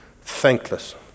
thankless